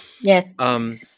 Yes